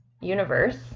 universe